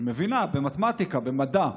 שמבינה במתמטיקה, במדע.